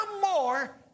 more